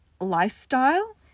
lifestyle